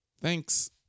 thanks